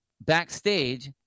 backstage